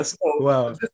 Wow